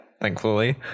thankfully